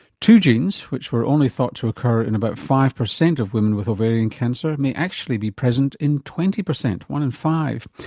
two genes which are only thought to occur in about five percent of women with ovarian cancer may actually be present in twenty percent one in five.